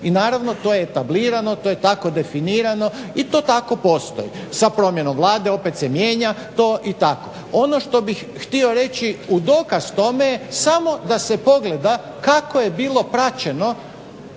i naravno to je etablirano, to je tako definirano i to tako postoji. Sa promjenom vlade opet se mijenja, to i tako. Ono što bih htio reći u dokaz tome samo da se pogleda kako je bilo praćeno